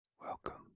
welcome